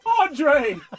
Andre